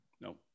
No